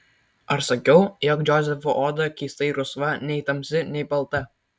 ar sakiau jog džozefo oda keistai rusva nei tamsi nei balta